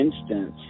instance